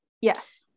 Yes